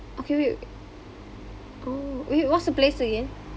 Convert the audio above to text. okay wait oh wait what's the place again